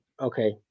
okay